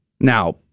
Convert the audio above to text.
Now